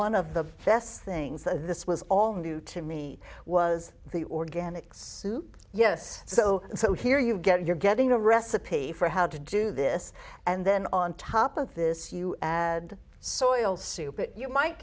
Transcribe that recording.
one of the best things that this was all new to me was the organic soup yes so so here you get you're getting a recipe for how to do this and then on top of this you had so oil soup that you might